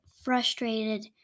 frustrated